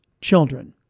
children